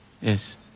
Yes